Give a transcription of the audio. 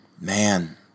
Man